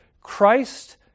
Christ